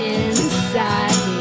inside